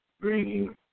bringing